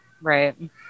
Right